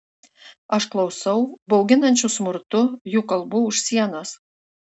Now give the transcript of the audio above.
aš klausau bauginančių smurtu jų kalbų už sienos